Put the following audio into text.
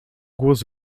głos